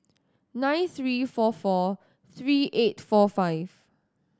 nine three four four three eight four five